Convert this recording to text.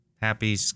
Happy